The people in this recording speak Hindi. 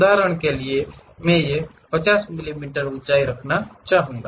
उदाहरण के लिए मैं 50 मिलीमीटर की ऊँचाई रखना चाहूंगा